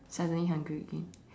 suddenly hungry again